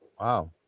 Wow